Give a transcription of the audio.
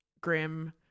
grim